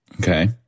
Okay